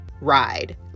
ride